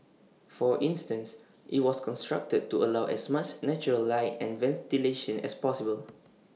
for instance IT was constructed to allow as much natural light and ventilation as possible